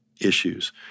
issues